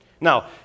Now